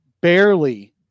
barely